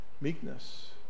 Meekness